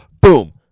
Boom